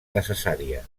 necessària